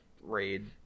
raid